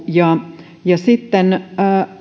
ja ja sitten